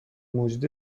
موجود